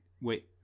Wait